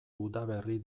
udaberri